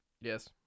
Yes